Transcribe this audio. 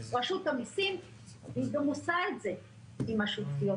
רשות המסים גם עושה את זה עם השותפויות,